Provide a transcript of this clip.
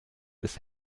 des